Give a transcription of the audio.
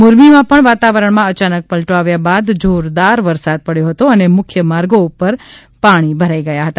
મોરબીમાં પણ વાતાવરણમાં અચાનક પલટો આવ્યા બાદ જોરદાર વરસાદ પડ્યો હતો અને મુખ્ય માર્ગો ઉપર પાણી ભરાઇ ગયા હતા